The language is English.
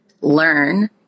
learn